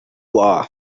are